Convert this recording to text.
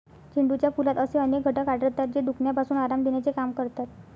झेंडूच्या फुलात असे अनेक घटक आढळतात, जे दुखण्यापासून आराम देण्याचे काम करतात